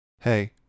Hey